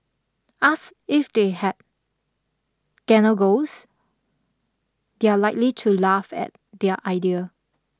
ask if they had gan know goals they are likely to laugh at their idea